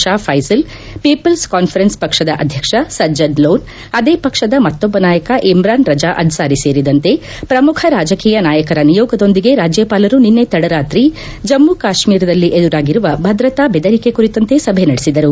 Shah Faesal people's conference ಪಕ್ಷದ ಅಧ್ಯಕ್ಷ ಸಜ್ಜದ್ ಲೋನ್ ಅದೇ ಪಕ್ಷದ ಮತ್ತೊಬ್ಲ ನಾಯಕ ಇಮ್ರಾನ್ ರಜಾ ಅನ್ವಾರಿ ಸೇರಿದಂತೆ ಪ್ರಮುಖ ರಾಜಕೀಯ ನಾಯಕರ ನಿಯೋಗದೊಂದಿಗೆ ರಾಜ್ಯಪಾಲರು ನಿನ್ನೆ ತಡರಾತ್ರಿ ಜಮ್ನು ಕಾತ್ನೀರದಲ್ಲಿ ಎದುರಾಗಿರುವ ಭದ್ರತಾ ಬೆದರಿಕೆ ಕುರಿತಂತೆ ಸಭೆ ನಡೆಸಿದರು